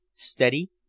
steady